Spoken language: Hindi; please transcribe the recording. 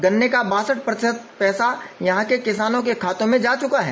गन्ने का बासठ प्रतिशत पैसा यहां के किसानों के खातों में जा चुका है